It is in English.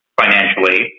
financially